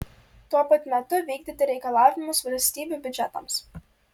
tuo pat metu vykdyti reikalavimus valstybių biudžetams